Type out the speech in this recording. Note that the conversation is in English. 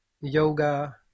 Yoga